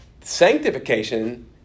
sanctification